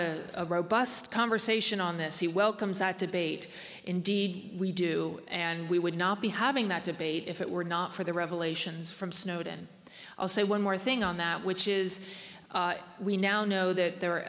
have a robust conversation on this he welcomes that debate indeed we do and we would not be having that debate if it were not for the revelations from snowden i'll say one more thing on that which is we now know that there